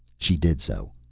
she did so.